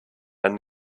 and